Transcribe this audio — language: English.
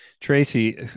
Tracy